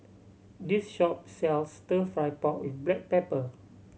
this shop sells Stir Fry pork with black pepper